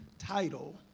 title